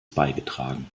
beigetragen